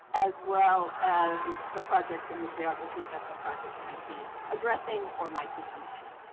as well as the project and the geography that the project might be addressing or might be reaching.